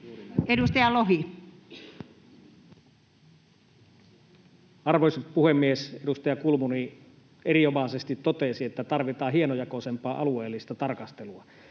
Content: Arvoisa puhemies! Edustaja Kulmuni erinomaisesti totesi, että tarvitaan hienojakoisempaa alueellista tarkastelua.